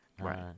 Right